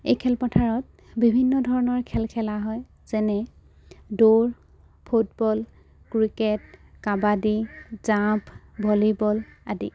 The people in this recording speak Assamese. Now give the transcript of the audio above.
এই খেলপথাৰত বিভিন্ন ধৰণৰ খেল খেলা হয় যেনে দৌৰ football cricket kabaddi jump volleyball আদি